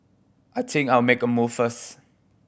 I think I'll make a move first